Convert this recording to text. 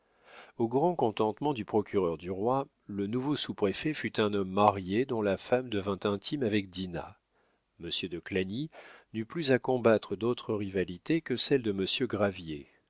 au grand contentement du procureur du roi le nouveau sous-préfet fut un homme marié dont la femme devint intime avec dinah monsieur de clagny n'eut plus à combattre d'autre rivalité que celle de monsieur gravier